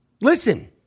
Listen